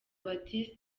baptiste